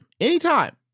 anytime